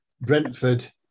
Brentford